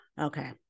Okay